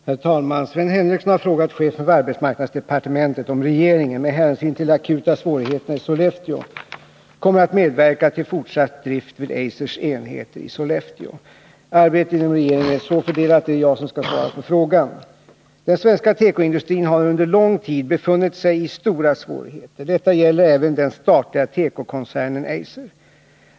Herr talman! Sven Henricsson har frågat chefen för arbetsmarknadsdepartementet om regeringen, med hänsyn till de akuta svårigheterna i Sollefteå, kommer att medverka till fortsatt drift vid Eisers enhet i Sollefteå. Arbetet inom regeringen är så fördelat att det är jag som skall svara på frågan. Den svenska tekoindustrin har under lång tid befunnit sig i stora svårigheter. Detta gäller även den statliga tekokoncernen Eiser.